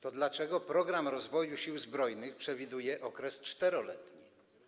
To dlaczego program rozwoju Sił Zbrojnych przewiduje okres 4-letni?